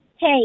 Hey